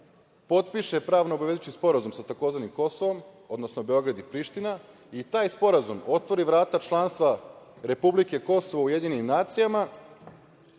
potiše pravno obavezujući sporazum sa tzv. Kosovom, odnosno Beograd i Priština, i taj sporazum otvori vrata članstva republike Kosovo u UN, Kosovo